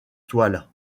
toile